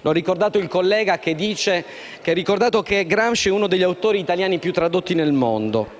Come ha ricordato un collega, Gramsci è uno degli autori italiani più tradotti nel mondo.